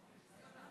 הכנסת,